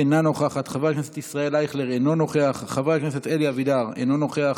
אינה נוכחת, חבר הכנסת ישראל אייכלר, אינו נוכח,